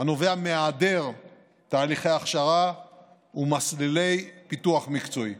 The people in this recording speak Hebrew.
הנובע מהיעדר תהליכי הכשרה ומסלולי פיתוח מקצועי,